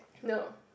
no